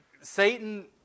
Satan